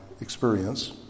experience